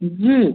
जी